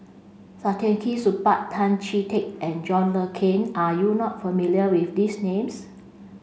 Saktiandi Supaat Tan Chee Teck and John Le Cain are you not familiar with these names